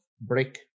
brick